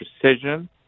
precision